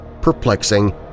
perplexing